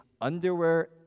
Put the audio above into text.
underwear